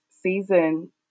season